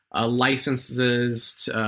licenses